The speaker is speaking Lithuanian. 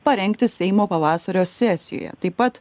parengti seimo pavasario sesijoje taip pat